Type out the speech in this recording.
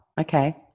Okay